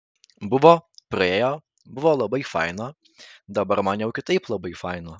buvo praėjo buvo labai faina dabar man jau kitaip labai faina